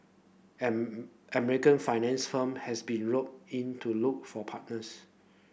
am American finance firm has been roped in to look for partners